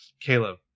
Caleb